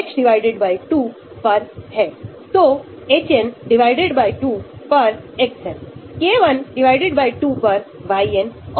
प्रतिस्थापन के लिए उपयोग नहीं किया जा सकता है जो रेजोनेंस अथवा हाइड्रोजन बॉन्डिंग द्वारा transition state के साथ interact करता है